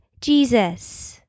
Jesus